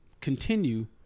continue